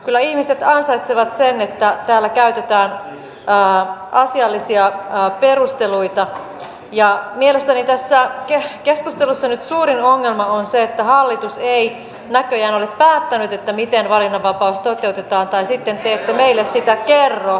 kyllä ihmiset ansaitsevat sen että täällä käytetään asiallisia perusteluita ja mielestäni tässä keskustelussa nyt suurin ongelma on se että hallitus ei näköjään ole päättänyt miten valinnanvapaus toteutetaan tai sitten te ette meille sitä kerro